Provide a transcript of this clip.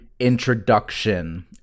introduction